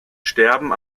sterben